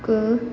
को